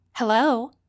Hello